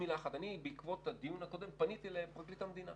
בעקבות הדיון הקודם פניתי לפרקליט המדינה